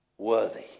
Worthy